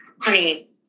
honey